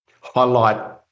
highlight